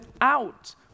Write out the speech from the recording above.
out